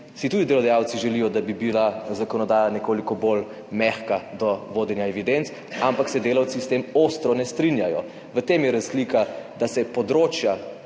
si delodajalci želijo, da bi bila zakonodaja nekoliko bolj mehka do vodenja evidenc, ampak se delavci s tem ostro ne strinjajo. V tem je razlika, da področja